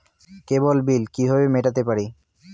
কেবল bill কিভাবে মেটাতে পারি?